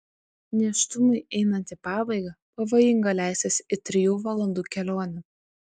nėštumui einant į pabaigą pavojinga leistis į trijų valandų kelionę